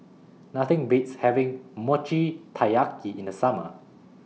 Nothing Beats having Mochi Taiyaki in The Summer